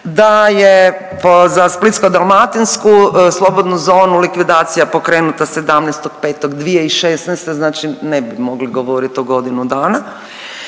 da je za splitsko-dalmatinsku slobodnu zonu likvidacija pokrenuta 17.5.2016. Znači ne bi mogli govoriti o godinu dana.